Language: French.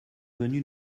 venus